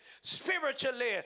spiritually